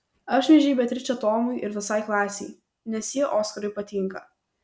apšmeižei beatričę tomui ir visai klasei nes ji oskarui patinka